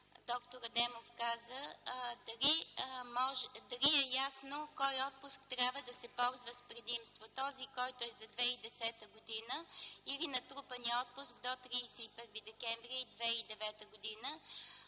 което д-р Адемов каза, дали е ясно кой отпуск трябва да се ползва с предимство – този, който е за 2010 г., или натрупаният отпуск до 31 декември 2009 г.